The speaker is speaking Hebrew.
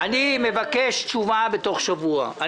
אני מבקש תשובה בתוך שבוע.